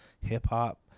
hip-hop